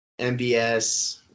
MBS